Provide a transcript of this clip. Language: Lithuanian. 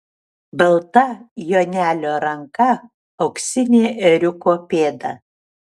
balta jonelio ranka auksinė ėriuko pėda